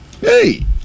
Hey